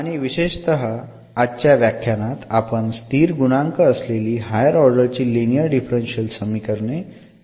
आणि विशेषतः आजच्या व्याख्यानात आपण स्थिर गुणांक असलेली हायर ऑर्डर ची लिनियर डिफरन्शियल समीकरणे बद्दल बोलणार आहोत